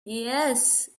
yes